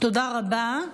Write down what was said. תודה רבה.